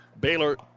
Baylor